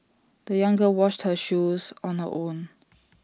the young girl washed her shoes on her own